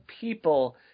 people